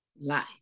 life